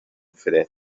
fred